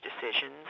decisions